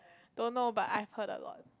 don't know but I've heard a lot